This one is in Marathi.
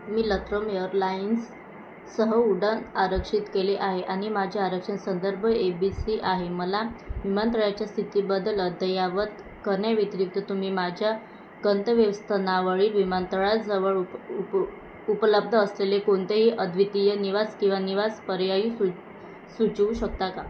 मी लतम एअरलाइन्ससह उड्डाण आरक्षित केले आहे आणि माझे आरक्षण संदर्भ ए बी सी आहे मला विमानतळाच्या स्थितीबद्दल अद्ययावत करण्याव्यतिरिक्त तुम्ही माझ्या गंतव्यस्थानावरील विमानतळाजवळ उप उप उपलब्ध असलेले कोणतेही अद्वितीय निवास किंवा निवास पर्याय सु सुचवू शकता का